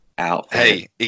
Hey